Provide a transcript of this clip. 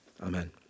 Amen